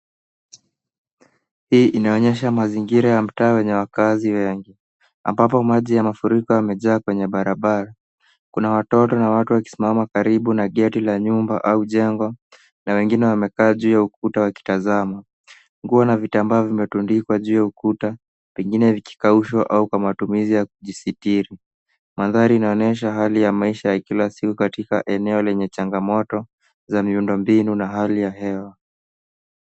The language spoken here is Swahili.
Hii inaonyesha mazingira ya mtaa wenye wakaazi wengi ambapo maji ya mafuriko yamejaa kwenye barabara. Kuna watoto na watu wakisimama karibu na geti la nyumba au jengo na wengine wamekaa juu ya ukuta wakitazama. Nguo na vitambaa vimetundikwa juu ya ukuta pengine vikikaushwa au kwa matumizi ya kujisitiri. Mandhari inaonyesha hali ya maisha ya kila siku katika eneo lenye changamoto za miundo mbinu na hali ya hewa.